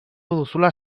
duzula